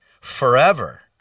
forever